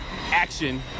action